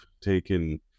taken